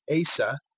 Asa